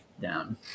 down